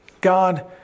God